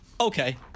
Okay